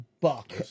buck